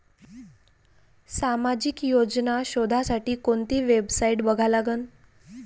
सामाजिक योजना शोधासाठी कोंती वेबसाईट बघा लागन?